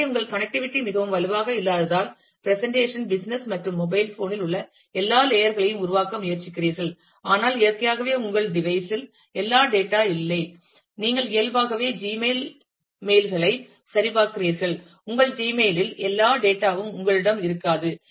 எனவே உங்கள் கனெக்டிவிட்டி மிகவும் வலுவாக இல்லாததால் பிரசெண்டேஷன் பிசினஸ் மற்றும் மொபைல் போன் இல் உள்ள எல்லா லேயர் களையும் உருவாக்க முயற்சிக்கிறீர்கள் ஆனால் இயற்கையாகவே உங்கள் டிவைஸ் இல் எல்லா டேட்டா இல்லை நீங்கள் இயல்பாகவே ஜிமெயிலில் மெயில் களைச் சரிபார்க்கிறீர்கள் உங்கள் ஜிமெயிலில் எல்லா டேட்டா ம் உங்களிடம் இருக்காது